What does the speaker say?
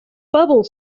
bubble